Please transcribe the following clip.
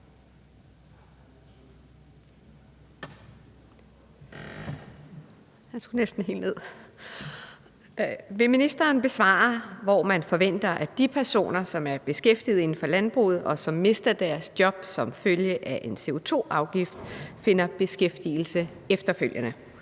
Vil ministeren besvare, hvor man forventer at de personer, som er beskæftiget inden for landbruget, og som mister deres job som følge af en CO2-afgift, finder beskæftigelse efterfølgende?